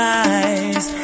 eyes